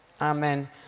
Amen